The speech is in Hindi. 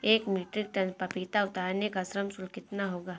एक मीट्रिक टन पपीता उतारने का श्रम शुल्क कितना होगा?